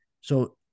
So-